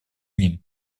ним